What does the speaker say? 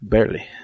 Barely